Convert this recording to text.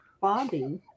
Bobby